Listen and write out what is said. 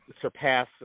surpass